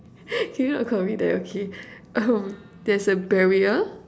can you not call me that okay um there's a barrier